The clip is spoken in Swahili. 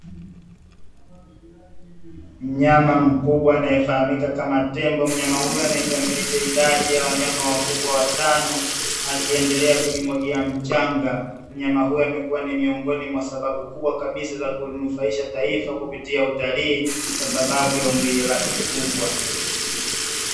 Mnyama mkubwa anayefahamika kama tembo, mnyama huyu anayekamilisha idadi ya wanyama wakubwa watano, akiendelea kujimwagia mchanga. Mnyama huyu amekua ni miongoni mwa sababu kubwa kabisa za kulinufaisha taifa kupitia utalii, kwa sababu ya umbile lake kubwa.